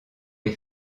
les